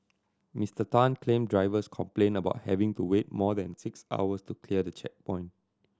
Mister Tan claimed drivers complained about having to wait more than six hours to clear the checkpoint